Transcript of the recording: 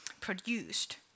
produced